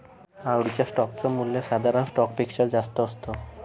आवडीच्या स्टोक च मूल्य साधारण स्टॉक पेक्षा जास्त असत